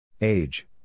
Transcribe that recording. Age